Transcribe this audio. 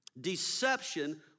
deception